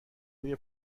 روی